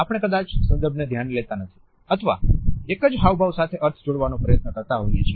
આપણે કદાચ સંદર્ભને ધ્યાને લેતા નથી અથવા એક જ હાવભાવ સાથે અર્થ જોડવાનો પ્રયત્ન કરતા હોઈએ છીએ